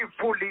fully